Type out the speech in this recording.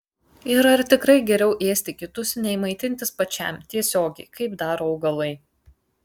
ir ar tikrai geriau ėsti kitus nei maitintis pačiam tiesiogiai kaip daro augalai